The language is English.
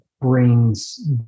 brings